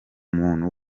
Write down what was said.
muntu